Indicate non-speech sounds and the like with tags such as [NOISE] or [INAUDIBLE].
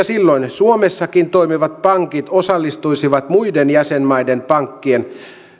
[UNINTELLIGIBLE] silloin suomessakin toimivat pankit osallistuisivat muiden jäsenmaiden pankkien